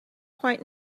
quite